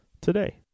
today